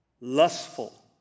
lustful